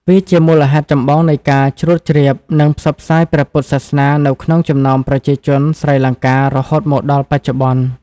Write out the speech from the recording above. វាជាមូលហេតុចម្បងនៃការជ្រួតជ្រាប និងផ្សព្វផ្សាយព្រះពុទ្ធសាសនានៅក្នុងចំណោមប្រជាជនស្រីលង្កា រហូតមកដល់បច្ចុប្បន្ន។